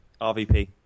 RVP